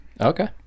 Okay